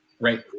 Right